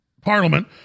parliament